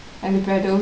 and the pedal